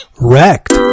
Wrecked